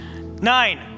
nine